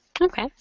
Okay